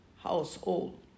household